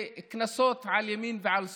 קנסות על ימין ועל שמאל.